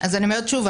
אז אני אומרת שוב,